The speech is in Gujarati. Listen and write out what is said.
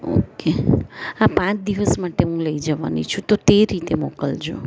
ઓકે આ પાંચ દિવસ માટે હું લઈ જવાની છું તો તે રીતે મોકલજો